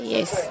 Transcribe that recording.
Yes